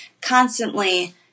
constantly